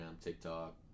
TikTok